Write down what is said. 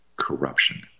corruption